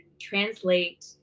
translate